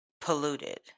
polluted